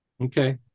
okay